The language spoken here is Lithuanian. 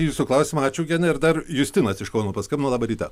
į jūsų klausimą ačiū gene ir dar justinas iš kauno paskambino labą rytą